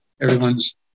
everyone's